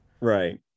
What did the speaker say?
Right